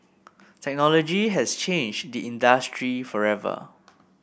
technology has changed the industry forever